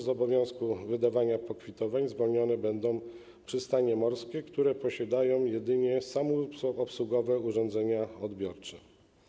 Z obowiązku wydawania pokwitowań zwolnione będą przystanie morskie, które posiadają jedynie samoobsługowe urządzenia odbiorcze.